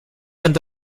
sind